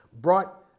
brought